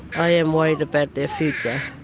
i am worried about their future.